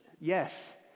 yes